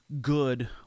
good